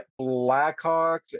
Blackhawks